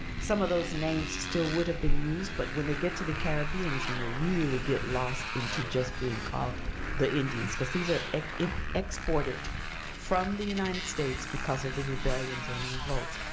some of those names still would have been used, but when they get to the caribbean is when they really get lost into just being called the indians. because these are exported from the united states because of the rebellions and the revolts,